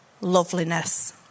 loveliness